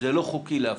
זה לא חוקי להפלות.